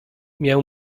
miał